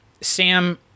Sam